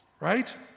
right